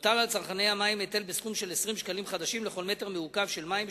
יוטל על צרכני המים היטל בסך 20 ש"ח לכל מטר מעוקב מים,